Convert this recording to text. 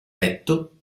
petto